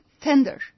tender